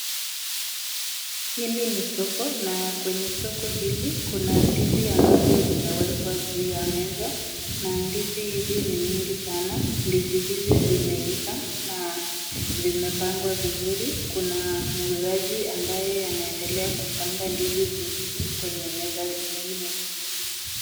Hili ni soko na kwenye soko hili kuna ndizi ambavyo vimewekwa juu ya meza na ndizi hizi ni mingi sana. Ndizi hizi zimeiva ma zimepangwa vizuri. Kuna muuzaji ambaye anaendelea kupanga ndizi zingine kwenye meza ingine.